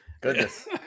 Goodness